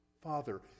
father